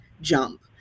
jump